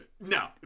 No